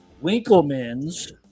Winkleman's